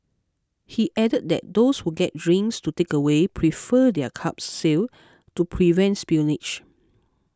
he added that those who get drinks to takeaway prefer their cups sealed to prevent spillage